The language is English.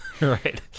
Right